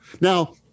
Now